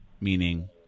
meaning